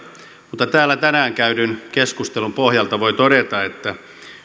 mutta täällä tänään käydyn keskustelun pohjalta voi todeta että